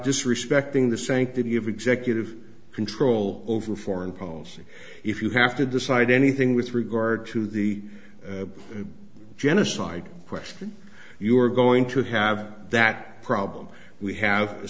disrespecting the sanctity of executive control over foreign policy if you have to decide anything with regard to the genocide question you're going to have that problem we have